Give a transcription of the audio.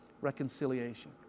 reconciliation